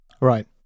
Right